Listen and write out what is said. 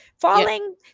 Falling